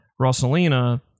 Rosalina